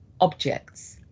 objects